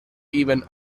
even